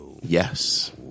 yes